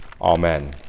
Amen